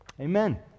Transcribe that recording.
Amen